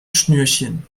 schnürchen